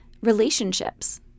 relationships